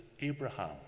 Abraham